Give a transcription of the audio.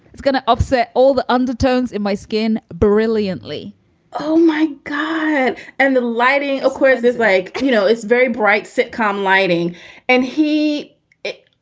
it's gonna upset all the undertones in my skin brilliantly oh, my god and the lighting, of course, is like, you know, it's very bright sitcom lighting and he was